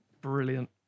Brilliant